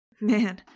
Man